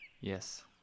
Yes